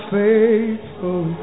faithful